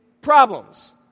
problems